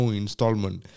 installment